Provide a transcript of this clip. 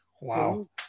Wow